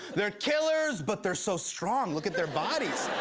they're killers, but they're so strong. look at their bodies.